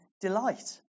delight